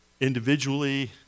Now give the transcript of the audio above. individually